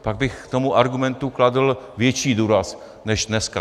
Pak bych tomu argumentu kladl větší důraz než dneska.